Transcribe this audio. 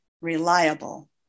reliable